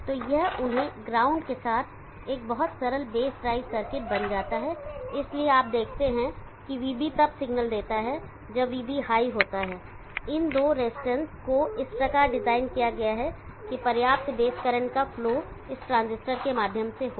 तो यह उन्हें ग्राउंड के साथ एक बहुत सरल बेस ड्राइव सर्किट बन जाता है इसलिए आप देखते हैं कि Vb तब सिग्नल देता है जब Vb हाई होता है इन दो रजिस्टेंस को इस प्रकार डिजाइन किया गया है कि पर्याप्त बेस करंट का फ्लो इस ट्रांजिस्टर के माध्यम से हो